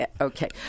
Okay